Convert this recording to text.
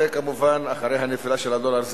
כמובן אחרי הנפילה של הדולר,